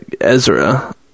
Ezra